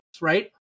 right